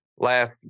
Last